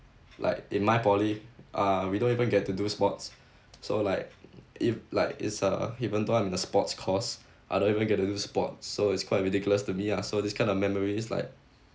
like in my poly uh we don't even get to do sports so like if like it's uh even though I am in the sports course I don't even get into sports so it's quite ridiculous to me ah so this kind of memories like